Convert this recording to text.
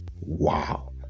Wow